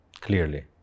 Clearly